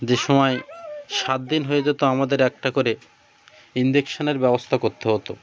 যে সময় সাত দিন হয়ে যেত আমাদের একটা করে ইঞ্জেকশনের ব্যবস্থা করতে হতো